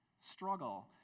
Struggle